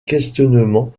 questionnement